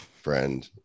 friend